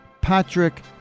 Patrick